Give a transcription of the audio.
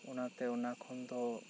ᱚᱱᱟ ᱛᱮ ᱚᱱᱟ ᱠᱷᱚᱱ ᱫᱚ